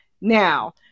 Now